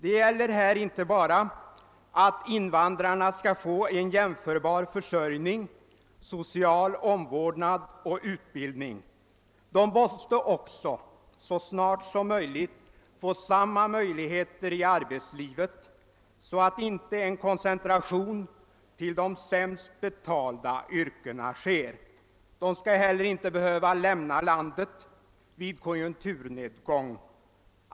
Invandrarna skall inte bara få en jämförbar försörjning, social omvårdnad och utbildning, utan de måste också så snart som möjligt få samma möjligheter i arbetslivet, så att inte en koncentration till de sämst betalda yrkena sker. De skall heller inte behöva lämna landet vid konjunkturnedgång.